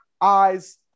eyes